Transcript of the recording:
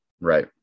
right